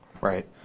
Right